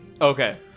Okay